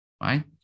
right